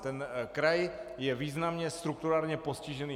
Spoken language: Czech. Ten kraj je významně strukturálně postižený.